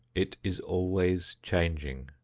it is always changing,